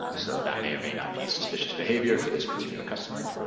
um so that may or may not be suspicious behavior for this particular customer.